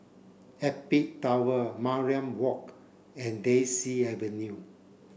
Apex Tower Mariam Walk and Daisy Avenue